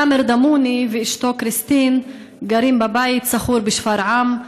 סאמר דאמוני ואשתו כריסטין גרים בבית שכור בשפרעם,